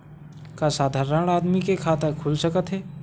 का साधारण आदमी के खाता खुल सकत हे?